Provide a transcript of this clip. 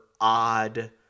odd